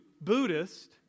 Buddhist